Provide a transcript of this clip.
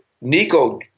Nico